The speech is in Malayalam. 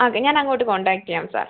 അതെ ഞാനങ്ങോട്ട് കോണ്ടാക്ട് ചെയ്യാം സാർ